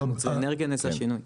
באנרגיה נעשה שינוי.